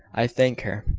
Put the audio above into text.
i thank her. ah!